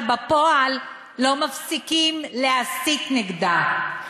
אבל בפועל לא מפסיקים להסית נגדה.